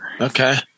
Okay